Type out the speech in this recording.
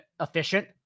efficient